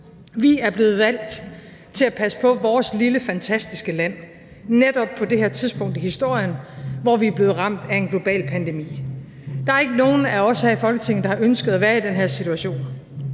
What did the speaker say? Vi er blevet valgt til at passe på vores lille fantastiske land netop på det her tidspunkt af historien, hvor vi er blevet ramt af en global pandemi. Der er ikke nogen af os her i Folketinget, der har ønsket at være i den her situation.